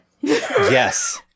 Yes